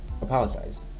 apologize